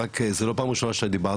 זה לא פעם ראשונה שדיברת,